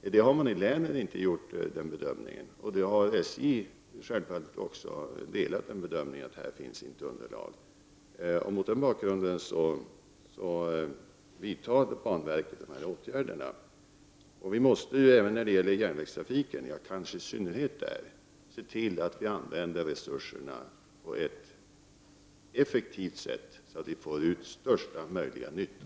På länsnivå har man inte gjort den bedömningen. Självfallet delar SJ bedömningen att det inte finns något underlag här. Det är mot den bakgrunden som banverket vidtar de aktuella åtgärderna. Vi måste även — ja, kanske i synnerhet — när det gäller järnvägstrafiken se till att resurserna utnyttjas på ett effektivt sätt, så att pengarna gör största möjliga nytta.